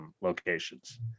locations